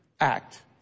act